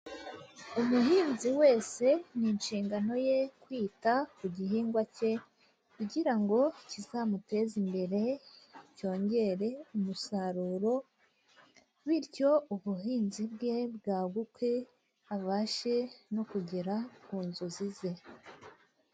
Umuhinzi wese ni inshingano ye kwita ku gihingwa cye kugira ngo kizamuteze imbere cyongere umusaruro bityo ubuhinzi bwe bwaguke bubashe no kugera ku nzozi ze.